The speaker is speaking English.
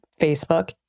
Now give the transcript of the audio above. Facebook